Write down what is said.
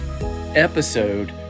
episode